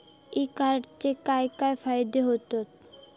E कॉमर्सचे काय काय फायदे होतत?